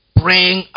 praying